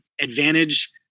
Advantage